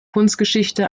kunstgeschichte